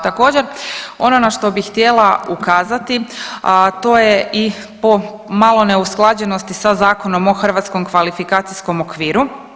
Također, ono na što bih htjela ukazati, a to je i po malo neusklađenosti sa Zakonom o Hrvatskom kvalifikacijskom okviru.